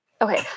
Okay